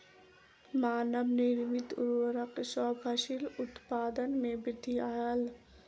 मानव निर्मित उर्वरक सॅ फसिल उत्पादन में वृद्धि आयल